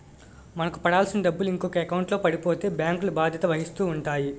మనకు పడాల్సిన డబ్బులు ఇంకొక ఎకౌంట్లో పడిపోతే బ్యాంకులు బాధ్యత వహిస్తూ ఉంటాయి